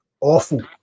Awful